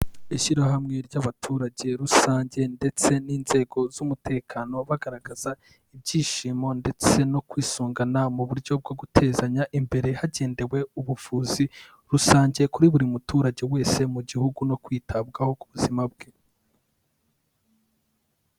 Ishyirahamwe ry'abaturage rusange ndetse n'inzego z'umutekano, bagaragaza ibyishimo ndetse no kwisungana mu buryo bwo gutezanya imbere hagendewe ubuvuzi rusange, kuri buri muturage wese mu gihugu no kwitabwaho ku buzima bwe.